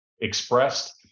expressed